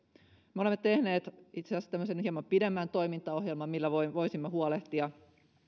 me olemme tehneet itse asiassa tämmöisen hieman pidemmän toimintaohjelman millä voisimme huolehtia